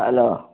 hello